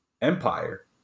empire